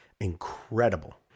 incredible